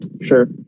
Sure